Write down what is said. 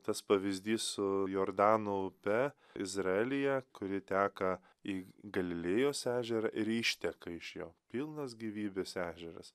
tas pavyzdys su jordano upe izraelyje kuri teka į galilėjos ežerą ir išteka iš jo pilnas gyvybės ežeras